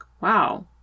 wow